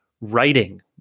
writing